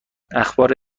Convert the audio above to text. اخبار